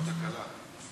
יש תקלה.